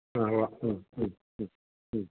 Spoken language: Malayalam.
ആ ഉവ്വാ മ്മ് മ്മ് മ്മ് മ്മ്